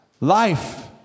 Life